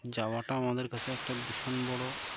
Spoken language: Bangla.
যাওয়াটা আমাদের কাছে একটা ভীষণ বড়